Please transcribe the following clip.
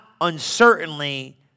uncertainly